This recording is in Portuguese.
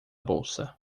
bolsa